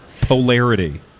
Polarity